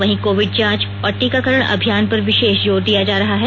वहीं कोविड जांच और टीकाकरण अभियान पर विशेष जोर दिया जा रहा है